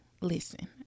listen